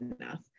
enough